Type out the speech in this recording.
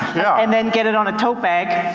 yeah. and then get it on a tote bag.